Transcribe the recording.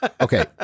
Okay